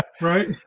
right